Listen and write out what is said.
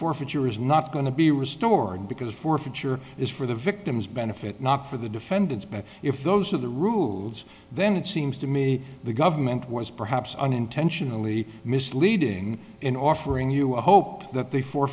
forfeiture is not going to be restored because forfeiture is for the victim's benefit not for the defendants but if those are the rules then it seems to me the government was perhaps unintentionally misleading in offering you a hope that the for